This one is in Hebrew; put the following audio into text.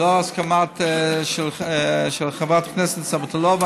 לאור הסכמת חברת הכנסת סבטלובה,